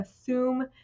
assume